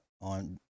on